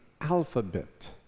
alphabet